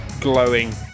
glowing